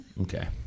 okay